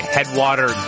Headwater